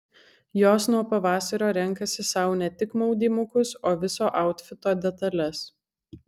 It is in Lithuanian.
jos nuo pavasario renkasi sau ne tik maudymukus o viso autfito detales